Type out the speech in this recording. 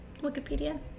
Wikipedia